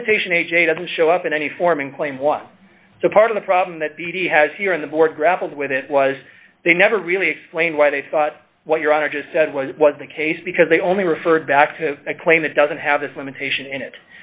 limitation a j doesn't show up in any form and claim what part of the problem that d d has here on the board grappled with it was they never really explained why they thought what your honor just said was was the case because they only referred back to a claim that doesn't have this limitation in it